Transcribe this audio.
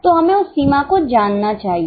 तो हमें उस सीमा को जानना चाहिए